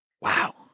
Wow